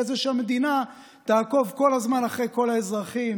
זה שהמדינה תעקוב כל הזמן אחרי כל האזרחים,